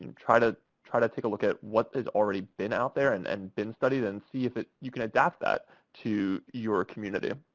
um try to try to take a look at what has already been out there and and been studied and see if if you can adapt that to your community.